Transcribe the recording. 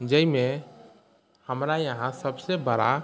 जाहिमे हमरा यहाँ सभसँ बड़ा